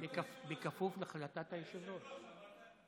בכפוף להחלטת היושב-ראש.